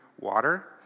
water